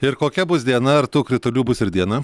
ir kokia bus diena ar tų kritulių bus ir dieną